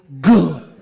good